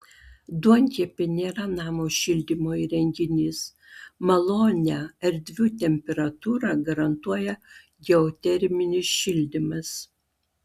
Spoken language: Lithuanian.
duonkepė nėra namo šildymo įrenginys malonią erdvių temperatūrą garantuoja geoterminis šildymas